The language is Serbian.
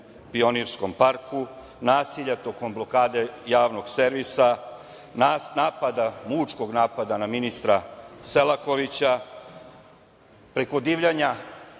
Pionirskom parku, nasilja tokom blokade javnog servisa, mučkog napada na ministra Selakovića, preko divljanja